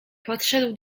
podszedł